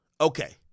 Okay